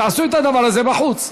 תעשו את הדבר הזה בחוץ.